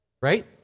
Right